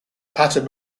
pattern